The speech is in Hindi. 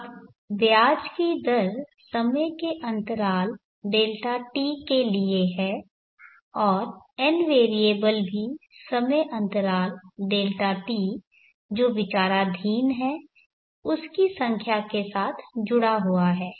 अब ब्याज की दर समय के अंतराल Δt के लिए है और n वेरिएबल भी समय अंतराल Δt जो विचाराधीन है उसकी संख्या के साथ जुड़ा हुआ है